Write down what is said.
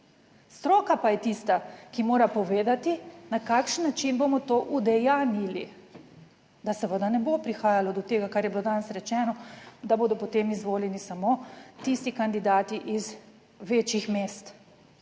Stroka pa je tista, ki mora povedati, na kakšen način bomo to udejanjili, da seveda ne bo prihajalo do tega, kar je bilo danes rečeno, da bodo potem izvoljeni samo tisti kandidati iz večjih mest.